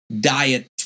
diet